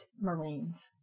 Marines